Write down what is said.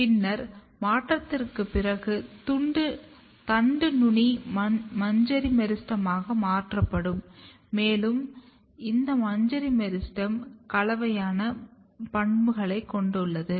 பின்னர் மாற்றத்திற்குப் பிறகு தண்டு நுனி மஞ்சரி மெரிஸ்டெமாக மாற்றப்படும் மேலும் இந்த மஞ்சரி மெரிஸ்டெம் கலவையாகன பண்புகளைக் கொண்டுள்ளது